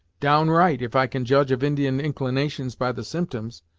downright, if i can judge of indian inclinations by the symptoms.